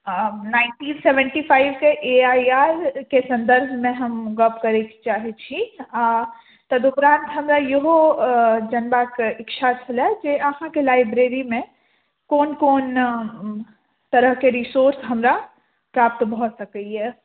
nineteen seventy फाइवके A I R के सन्दर्भमे हम गप्प करयके चाहैत छी आ तदुपरान्त हमरा इहो जानबाक इच्छा छलए जे अहाँके लाइब्रेरीमे कोन कोन तरहके रिसोर्स हमरा प्राप्त भऽ सकैए